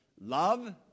love